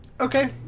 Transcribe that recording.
Okay